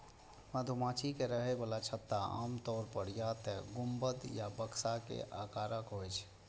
मधुमाछी के रहै बला छत्ता आमतौर पर या तें गुंबद या बक्सा के आकारक होइ छै